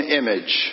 image